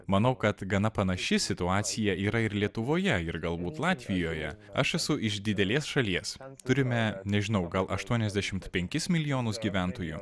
manau kad gana panaši situacija yra ir lietuvoje ir galbūt latvijoje aš esu iš didelės šalies turime nežinau gal aštuoniasdešimt penkis milijonus gyventojų